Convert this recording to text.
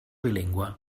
bilingüe